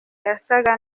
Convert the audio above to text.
yasaga